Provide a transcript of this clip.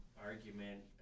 argument